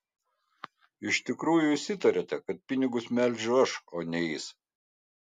iš tikrųjų jūs įtariate kad pinigus melžiu aš o ne jis